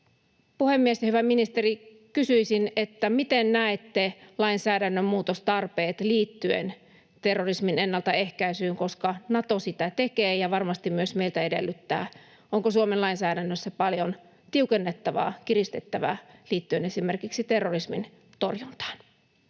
puhemies! Hyvä ministeri: Kysyisin, miten näette lainsäädännön muutostarpeet liittyen terrorismin ennaltaehkäisyyn, koska Nato sitä tekee ja varmasti myös meiltä edellyttää. Onko Suomen lainsäädännössä paljon tiukennettavaa, kiristettävää liittyen esimerkiksi terrorismin torjuntaan?